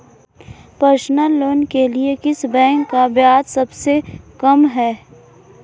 Personal loan के लिए किस बैंक का ब्याज सबसे कम है?